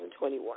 2021